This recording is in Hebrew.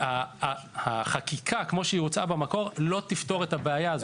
הצעת החקיקה המקורית לא תפתור את הבעיה זאת.